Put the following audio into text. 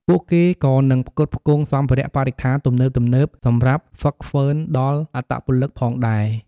ពួកគេក៏នឹងផ្គត់ផ្គង់សម្ភារៈបរិក្ខារទំនើបៗសម្រាប់ហ្វឹកហ្វឺនដល់អត្តពលិកផងដែរ។